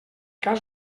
cas